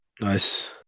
Nice